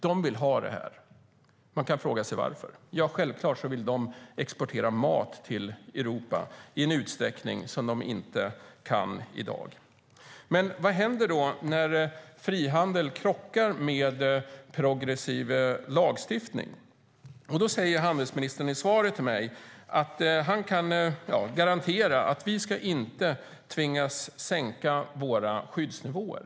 De vill ha det här, och man kan fråga sig varför. Ja, självklart vill de exportera mat till Europa i en utsträckning de inte kan i dag. Men vad händer då när frihandel krockar med progressiv lagstiftning? Handelsministern säger i sitt svar till mig att han kan garantera att vi inte ska tvingas sänka våra skyddsnivåer.